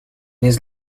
his